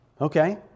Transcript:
Okay